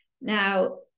Now